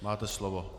Máte slovo.